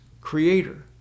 Creator